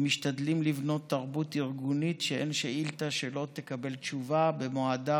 ואנחנו משתדלים לבנות תרבות ארגונית שאין שאילתה שלא תקבל תשובה במועדה,